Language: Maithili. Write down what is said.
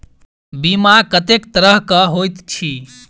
बीमा कत्तेक तरह कऽ होइत छी?